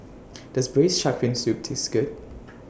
Does Braised Shark Fin Soup Taste Good